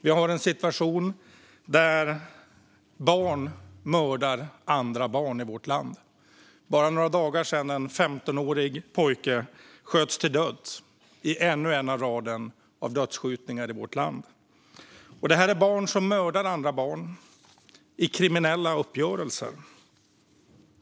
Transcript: Vi har en situation där barn mördar andra barn i vårt land. För bara några dagar sedan sköts en 15-årig pojke till döds i ännu en i raden av dödsskjutningar i vårt land. Detta handlar om barn som mördar andra barn i kriminella uppgörelser.